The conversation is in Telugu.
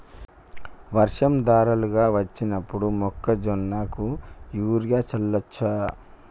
వర్షం ధారలుగా వచ్చినప్పుడు మొక్కజొన్న కు యూరియా చల్లచ్చా?